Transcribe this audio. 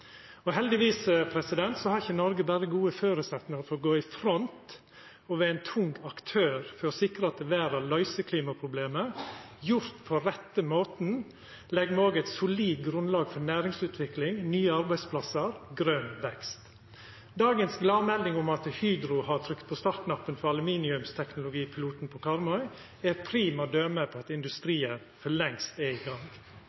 Heldigvis har ikkje Noreg berre gode føresetnader for å gå i front og vera ein tung aktør for å sikra at verda løyser klimaproblemet, men gjort på rette måten legg me òg eit solid grunnlag for næringsutvikling, nye arbeidsplassar og grøn vekst. Dagens gladmelding om at Hydro har trykt på startknappen for aluminiumsteknologipiloten på Karmøy, er eit prima døme på at